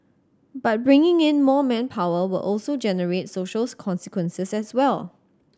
but bringing in more manpower will also generate socials consequences as well